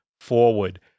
forward